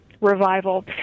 revival